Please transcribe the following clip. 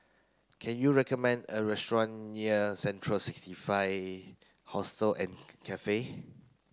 can you recommend a restaurant near Central sixty five Hostel and Cafe